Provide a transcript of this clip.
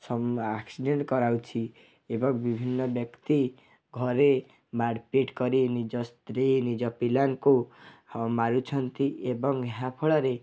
ସମ ଆକ୍ସିଡ଼େଣ୍ଟ୍ କରାଉଛି ଏବଂ ବିଭିନ୍ନ ବ୍ୟକ୍ତି ଘରେ ମାଡ଼୍ପିଟ୍ କରି ନିଜ ସ୍ତ୍ରୀ ନିଜ ପିଲାଙ୍କୁ ହଁ ମାରୁଛନ୍ତି ଏବଂ ଏହା ଫଳରେ